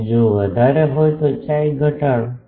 અને જો વધારે હોય તો chi ઘટાડો